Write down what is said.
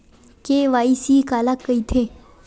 KYC काला कइथे?